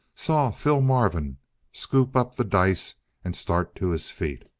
saw phil marvin scoop up the dice and start to his feet.